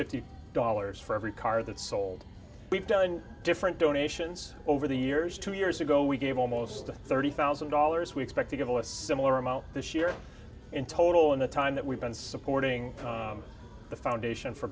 fifty dollars for every car that sold we've done different donations over the years two years ago we gave almost thirty thousand dollars we expect to give a similar amount this year in total in the time that we've been supporting the foundation for